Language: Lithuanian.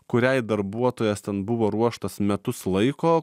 kuriai darbuotojas ten buvo ruoštas metus laiko